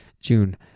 June